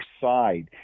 side